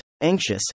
Anxious